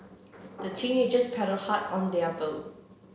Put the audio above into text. the teenagers paddled hard on their boat